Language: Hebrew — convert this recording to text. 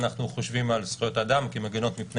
אנחנו חושבים על זכויות האדם כמגינות מפני